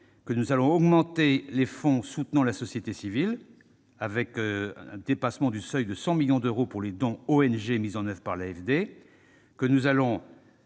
que nous allons augmenter les fonds soutenant la société civile, avec un dépassement du seuil de 100 millions d'euros pour la subvention relative aux dons aux ONG mise en oeuvre par l'AFD, et que nous allons